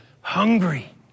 hungry